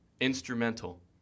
instrumental